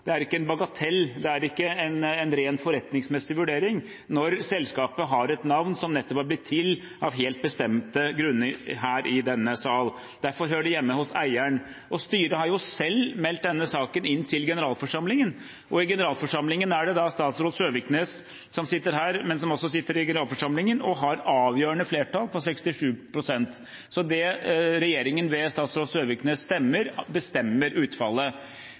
det er ikke en bagatell. Det er ikke en rent forretningsmessig vurdering når selskapet har et navn som nettopp har blitt til av helt bestemte grunner her i denne sal. Derfor hører det hjemme hos eieren. Styret har jo selv meldt denne saken inn til generalforsamlingen. Og i generalforsamlingen er det da statsråd Søviknes, som sitter her, men som også sitter i generalforsamlingen, som har avgjørende flertall på 67 pst. Så det regjeringen – ved statsråd Søviknes – stemmer, bestemmer utfallet.